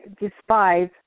despise